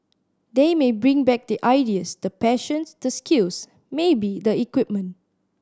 they may bring back the ideas the passions the skills maybe the equipment